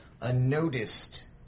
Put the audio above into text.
unnoticed